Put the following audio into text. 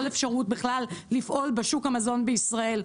אפשרות בכלל לפעול בשוק המזון בישראל.